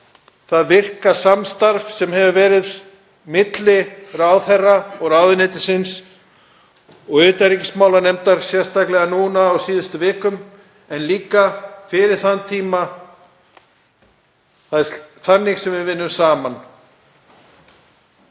það virka samstarf sem hefur verið milli ráðherra og ráðuneytisins og utanríkismálanefndar sérstaklega á síðustu vikum en líka fyrir þann tíma. Það er þannig sem við vinnum saman.